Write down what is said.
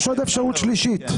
יש עוד אפשרות שלישית,